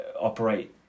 operate